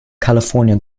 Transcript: california